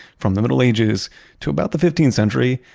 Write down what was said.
from the middle ages to about the fifteenth century,